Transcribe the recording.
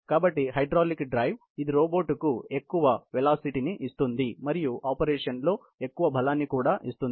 కాబట్టి hydraulic drive ఇది రోబోట్కు ఎక్కువ వెలాసిటీ ఇస్తుందని మీకు తెలుసు దాని ఆపరేషన్ చేయడంలో చాలా బలం కూడా ఇస్తుంది